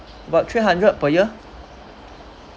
about three hundred per year